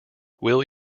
will